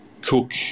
cook